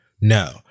No